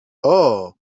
ooo